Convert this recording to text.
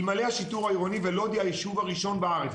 אלמלא השיטור העירוני לוד היא היישוב הראשון בארץ,